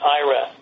ira